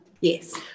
yes